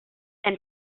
and